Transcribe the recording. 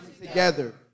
together